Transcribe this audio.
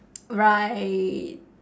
right